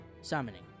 summoning